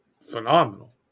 phenomenal